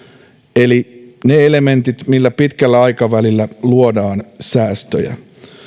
eli ne elementit millä pitkällä aikavälillä luodaan säästöjä